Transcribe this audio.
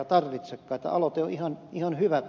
tämä aloite on ihan hyvä